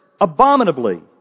abominably